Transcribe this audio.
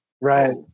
right